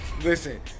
Listen